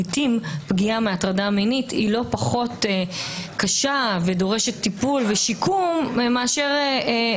לעיתים פגיעה מהטרדה מינית היא לא פחות קשה ודורשת טיפול ושיקום למישהי